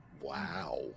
Wow